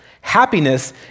Happiness